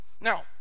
Now